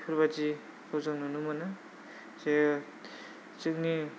बेफोरबादिखौ जों नुनो मोनो जे जोंनि